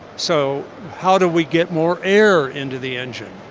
so how do we get more air into the engine,